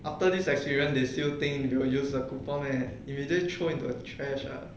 after this experience they still think you will use a coupon meh immediately throw into the trash ah